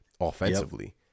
offensively